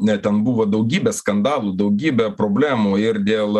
ne ten buvo daugybė skandalų daugybė problemų ir dėl